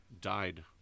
died